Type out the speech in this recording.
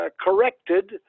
corrected